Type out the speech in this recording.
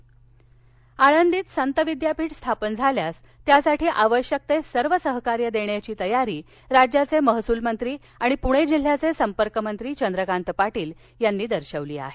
संत विद्यापीठ आळंदीत संत विद्यापीठ स्थापन झाल्यास त्यासाठी आवश्यक ते सर्व सहकार्य देण्याची तयारी राज्याचे महसूल मंत्री आणि पुणे जिल्ह्याचे संपर्कमंत्री चंद्रकांत पाटील यांनी दर्शवली आहे